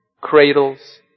cradles